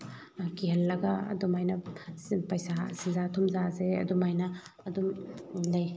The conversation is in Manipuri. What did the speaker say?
ꯀꯤꯍꯜꯂꯒ ꯑꯗꯨꯃꯥꯏꯅ ꯄꯩꯁꯥ ꯁꯦꯟꯖꯥ ꯊꯨꯝꯖꯥꯁꯦ ꯑꯗꯨꯃꯥꯏꯅ ꯑꯗꯨꯝ ꯂꯩ